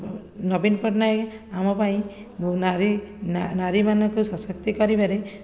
ନବୀନ ପଟ୍ଟନାୟକ ଆମ ପାଇଁ ନାରୀ ନାରୀମାନଙ୍କୁ ସଶକ୍ତି କରିବାରେ